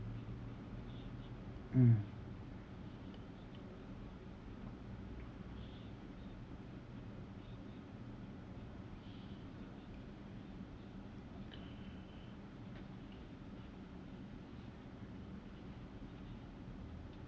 mm